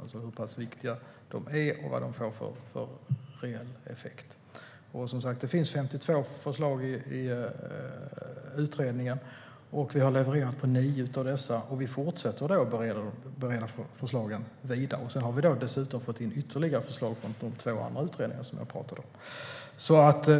alltså hur viktiga de är och vad de får för reell effekt. Det finns 52 förslag i utredningen, och vi har levererat på nio av dessa. Vi fortsätter att bereda förslagen vidare, och dessutom har vi fått in ytterligare förslag från de två andra utredningarna som jag pratade om.